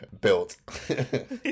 Built